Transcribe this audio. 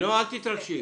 אל תתרגשי.